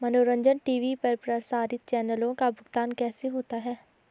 मनोरंजन टी.वी पर प्रसारित चैनलों का भुगतान कैसे होता है?